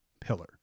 pillar